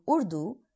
Urdu